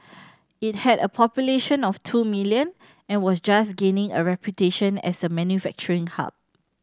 it had a population of two million and was just gaining a reputation as a manufacturing hub